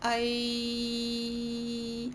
I